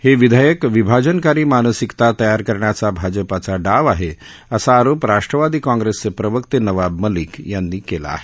हे विधेयक विभाजनकारी मानसिकता तयार करण्याचा भाजपाचा डाव आहे असा आरोप राष्ट्रवादी काँग्रेसचे प्रवक्ते नवाब मालिक यांनी केला आहे